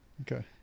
okay